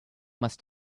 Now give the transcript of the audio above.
must